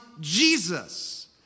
Jesus